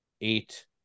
eight